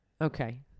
Okay